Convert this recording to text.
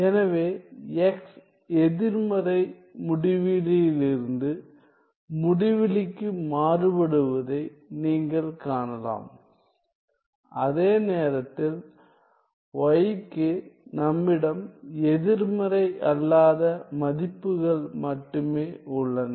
எனவே x எதிர்மறை முடிவிலியிலிருந்து முடிவிலிக்கு மாறுபடுவதை நீங்கள் காணலாம் அதே நேரத்தில் yக்கு நம்மிடம் எதிர்மறை அல்லாத மதிப்புகள் மட்டுமே உள்ளன